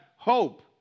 hope